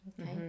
Okay